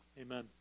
Amen